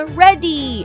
ready